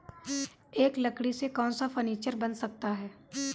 इस लकड़ी से कौन सा फर्नीचर बन सकता है?